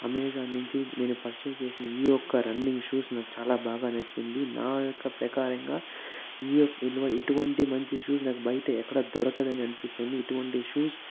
Amazon నుంచి నేను purchase చేసిన ఈ ఒక్క రన్నింగ్ షూస్ నాకు చాలా బాగా నచ్చింది నా యొక్క ప్రకారంగా ఈ యొక్క ఇటువంటి మంచి షూస్ నాకు బయట ఎక్కడ దొరకదు అని అనిపిస్తుంది ఇటువంటి షూస్